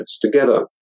together